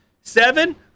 Seven